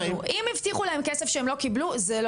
אם הבטיחו להם כסף והם לא קיבלו זה לא